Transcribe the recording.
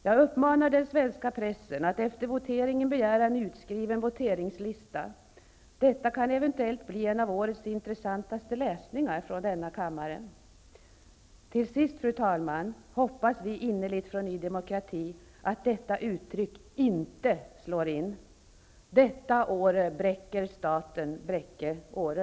Jag uppmanar den svenska pressen att efter voteringen begära en utskrift av voteringslistan. Det blir kanske årets intressantaste läsning när det gäller denna kammare. Till sist, fru talman, hoppas vi i Ny demokrati innerligt att det som sägs i följande uttryck inte slår in: Detta åre' bräcker staten Bräcke--Åre.